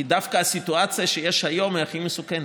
כי דווקא הסיטואציה שיש היום היא הכי מסוכנת.